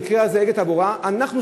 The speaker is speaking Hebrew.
במקרה הזה "אגד תעבורה": אנחנו,